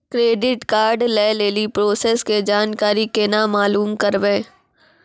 Credit card लय लेली process के जानकारी केना मालूम करबै?